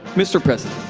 mr. president.